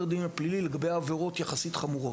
הדין הפלילי היא לגבי עבירות יחסית חמורות,